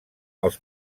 els